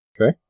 Okay